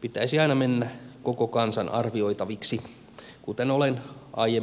pitäisi aina mennä koko kansan arvioitaviksi kuten olen aiemmin esittänyt